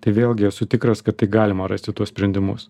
tai vėlgi esu tikras kad tai galima rasti tuos sprendimus